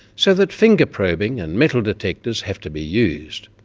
so that finger probing and metal detectors have to be used.